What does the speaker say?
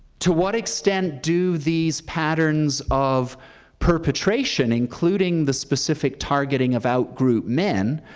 to what extent do these patterns of perpetration, including the specific targeting of out group men,